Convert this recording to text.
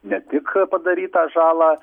ne tik padarytą žalą